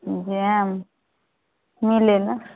जाएब मिलैलए